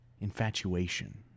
infatuation